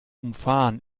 umfahren